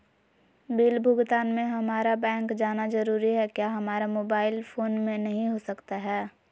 Bill भुगतान में हम्मारा बैंक जाना जरूर है क्या हमारा मोबाइल फोन से नहीं हो सकता है?